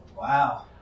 Wow